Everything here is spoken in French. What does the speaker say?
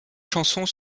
chansons